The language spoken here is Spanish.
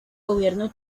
gobierno